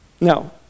No